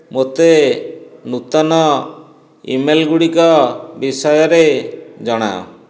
ମୋତେ ନୂତନ ଇମେଲ୍ ଗୁଡ଼ିକ ବିଷୟରେ ଜଣାଅ